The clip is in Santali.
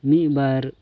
ᱢᱤᱫ ᱵᱟᱨ